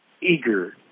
eager